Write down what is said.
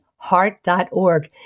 heart.org